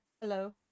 hello